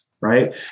Right